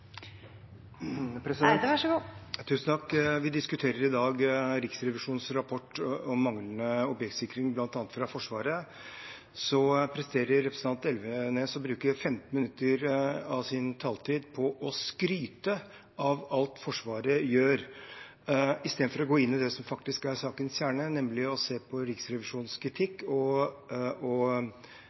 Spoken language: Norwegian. fra Forsvaret. Så presterer representanten Elvenes å bruke 15 minutter av sin taletid på å skryte av alt Forsvaret gjør, i stedet for å gå inn i det som er sakens kjerne, nemlig å se på Riksrevisjonens kritikk og oppfølgingen av den. Så mitt spørsmål til ham er: Er det ingenting i det Riksrevisjonen påpeker på forsvarssiden, som han kan slutte seg til, og